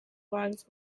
bugs